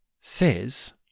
says